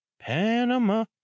Panama